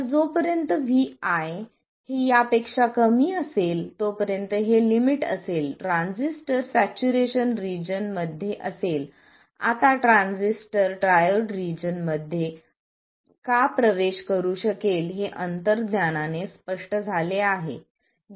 तर जोपर्यंत vi हे यापेक्षा कमी असेल तोपर्यंत हे लिमिट असेल ट्रान्झिस्टर सॅच्युरेशन रिजन मध्ये असेल आता ट्रान्झिस्टर ट्रायोड रिजन मध्ये का प्रवेश करू शकेल हे अंतर्ज्ञानाने स्पष्ट झाले आहे